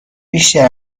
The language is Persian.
بیشتر